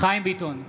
חיים ביטון,